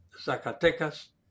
Zacatecas